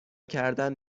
کردن